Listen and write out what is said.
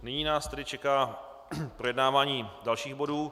Nyní nás čeká projednávání dalších bodů.